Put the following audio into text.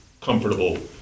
comfortable